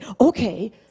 okay